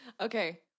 Okay